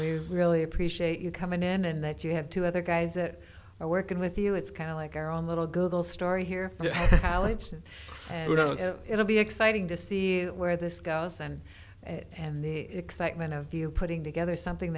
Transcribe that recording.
we really appreciate you coming in and that you have two other guys that are working with you it's kind of like our own little google story here allison and it'll be exciting to see where this goes and and the excitement of you putting together something